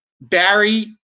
Barry